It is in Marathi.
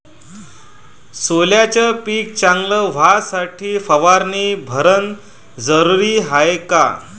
सोल्याचं पिक चांगलं व्हासाठी फवारणी भरनं जरुरी हाये का?